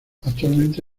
actualmente